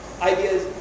ideas